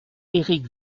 éric